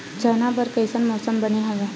चना बर कइसन मौसम बने हवय?